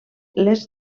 les